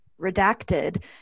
redacted